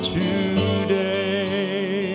today